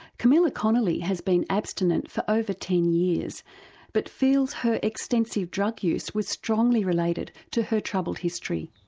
camilla connolly has been abstinent for over ten years but feels her extensive drug use was strongly related to her troubled history.